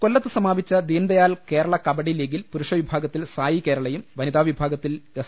കൊല്ലത്ത് സമാപിച്ച ദീൻ ദയാൽ കേരള കബഡി ലീഗിൽ പുരുഷവിഭാഗത്തിൽ സായി കേരളയും വനിതാവിഭാഗത്തിൽ എസ്